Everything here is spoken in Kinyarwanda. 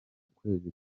kwezi